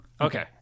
Okay